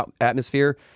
atmosphere